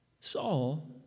Saul